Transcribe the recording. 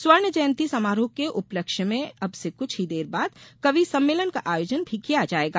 स्वर्ण जयंती समारोह के उपलक्ष में अब से कुछ ही देर बाद कवि सम्मेलन का आयोजन भी किया जायेगा